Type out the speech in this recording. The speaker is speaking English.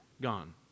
gone